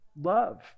love